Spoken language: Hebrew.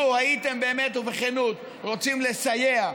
לו הייתם באמת ובכנות רוצים לסייע,